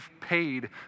paid